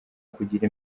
kugira